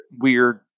weird